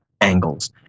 angles